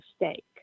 mistake